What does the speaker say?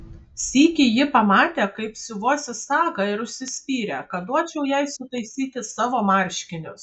sykį ji pamatė kaip siuvuosi sagą ir užsispyrė kad duočiau jai sutaisyti savo marškinius